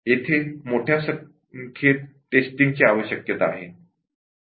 येथे मोठ्या संख्येत टेस्टर्स ची आवश्यकता आहे